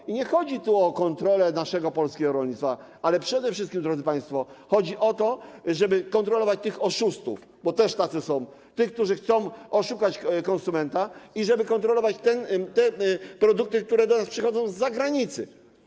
I nie chodzi tu o kontrolę naszego polskiego rolnictwa, ale przede wszystkim, drodzy państwo, chodzi o to, żeby kontrolować tych oszustów, bo też tacy są, tych, którzy chcą oszukać konsumenta, i żeby kontrolować produkty, które przychodzą do nas z zagranicy.